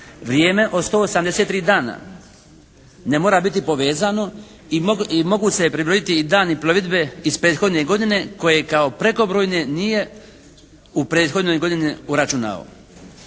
Vrijeme od 183 dana ne mora biti povezano i mogu se pribrojiti i dani plovidbe iz prethodne godine koje kao prekobrojne nije u prethodne godine uračunao.